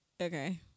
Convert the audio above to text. Okay